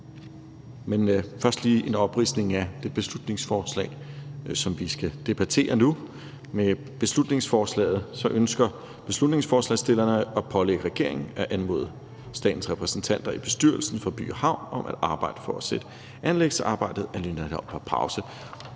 Men først lige en opridsning af det beslutningsforslag, som vi skal debattere nu. Med beslutningsforslaget ønsker forslagsstillerne at pålægge regeringen at anmode statens repræsentanter i bestyrelsen for By & Havn om at arbejde for at sætte anlægsarbejdet i forbindelse